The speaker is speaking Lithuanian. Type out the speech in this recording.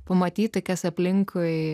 pamatyti kas aplinkui